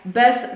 bez